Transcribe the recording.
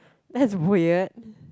that's weird